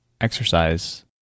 exercise